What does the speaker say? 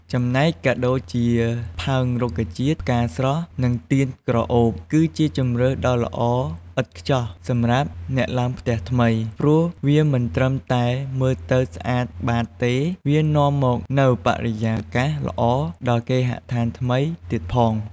ចំណែកកាដូរជា ផើងរុក្ខជាតិ ផ្កាស្រស់ និង ទៀនក្រអូប គឺជាជម្រើសដ៏ល្អឥតខ្ចោះសម្រាប់អ្នកឡើងផ្ទះថ្មី ព្រោះវាមិនត្រឹមតែមើលទៅស្អាតបាតទេ វានាំមកនូវបរិយាកាសល្អដល់គេហដ្ឋានថ្មីទៀតផង។